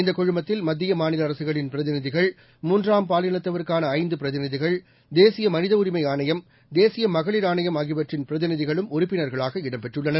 இந்த குழுமத்தில் மத்திய மாநில அரசுகளின் பிரதிநிதிகள் மூன்றாம் பாலினத்தவருக்கான ஐந்து பிரதிநிதிகள் தேசிய மனித உரிமை ஆணையம் தேசிய மகளிர் ஆணையம் ஆகியவற்றின் பிரதிநிதிகளும் உறுப்பினர்களாக இடம் பெற்றுள்ளனர்